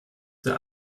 der